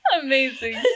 Amazing